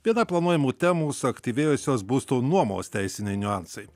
viena planuojamų temų suaktyvėjusios būsto nuomos teisiniai niuansai